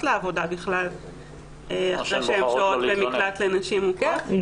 לעבודה אחרי שהן שוהות במקלט לנשים מוכות.